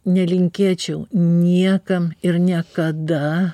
nelinkėčiau niekam ir niekada